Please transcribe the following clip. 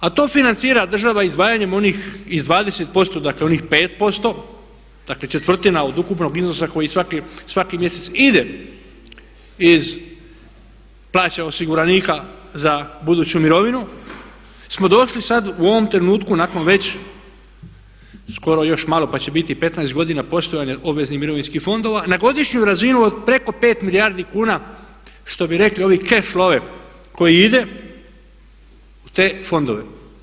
A to financira država izdvajanjem onih iz 20%, dakle onih 5%, dakle četvrtina od ukupnog iznosa koji svaki mjesec ide iz plaća osiguranika za buduću mirovinu smo došli sad u ovom trenutku nakon već skoro još malo pa će biti 15 godina postojanja obveznih mirovinskih fondova na godišnju razinu od preko 5 milijardi kuna što bi rekli ove … koji ide u te fondove.